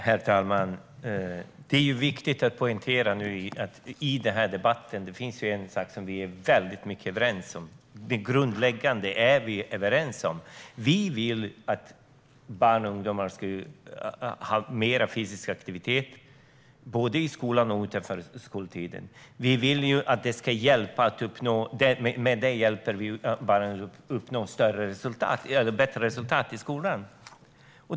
Herr talman! Det är viktigt att poängtera att det finns en grundläggande sak som vi är överens om i denna debatt, nämligen att vi vill att barn och ungdomar ska få mer fysisk aktivitet, både i skolan och utanför skoltid. Det hjälper barnen att uppnå bättre resultat i skolan.